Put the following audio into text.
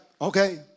okay